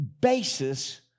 basis